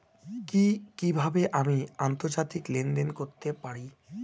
কি কিভাবে আমি আন্তর্জাতিক লেনদেন করতে পারি?